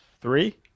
Three